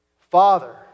Father